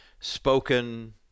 spoken